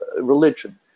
religion